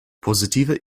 positiver